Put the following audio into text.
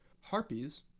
Harpies